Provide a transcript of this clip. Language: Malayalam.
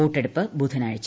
വോട്ടെടുപ്പ് ബുധനാഴ്ച